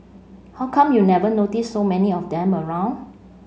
how come you never noticed so many of them around